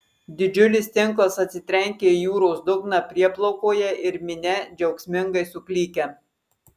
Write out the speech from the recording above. didžiulis tinklas atsitrenkia į jūros dugną prieplaukoje ir minia džiaugsmingai suklykia